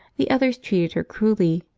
the others treated her cruelly,